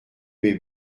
mes